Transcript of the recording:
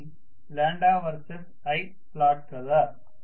ఇది versus i plot కదా